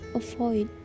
avoid